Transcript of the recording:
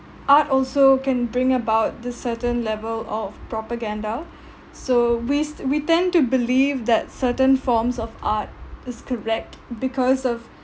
art also can bring about the certain level of propaganda so wis~ we tend to believe that certain forms of art is correct because of